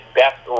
best